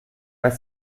pas